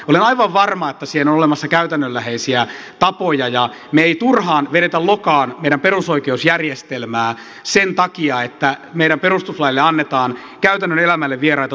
olen aivan varma että siihen on olemassa käytännönläheisiä tapoja ja me emme turhaan vedä lokaan meidän perusoikeusjärjestelmäämme sen takia että perustuslaille annetaan käytännön elämälle vieraita tulkintoja